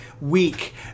week